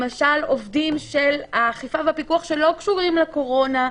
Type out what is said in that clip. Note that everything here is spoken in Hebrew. למשל עובדים של האכיפה והפיקוח שלא קשורים לקורונה,